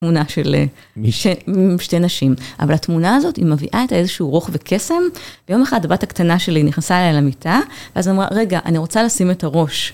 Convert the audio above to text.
תמונה של שתי נשים, אבל התמונה הזאת, היא מביאה את איזשהו רוך וקסם, ויום אחד בת הקטנה שלי נכנסה אליי למיטה, ואז היא אמרה, רגע, אני רוצה לשים את הראש.